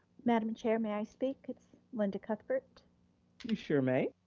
madam chair, may i speak? it's linda cuthbert. you sure may.